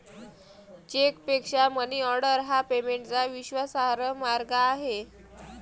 चेकपेक्षा मनीऑर्डर हा पेमेंटचा विश्वासार्ह मार्ग आहे